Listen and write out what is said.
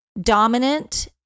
dominant